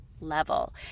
level